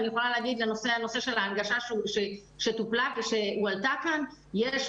אני יכולה להגיד בעניין ההנגשה שטופלה והועלתה כאן שבאתר